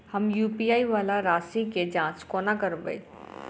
हम यु.पी.आई वला राशि केँ जाँच कोना करबै?